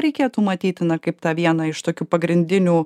reikėtų matyti na kaip tą vieną iš tokių pagrindinių